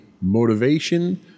motivation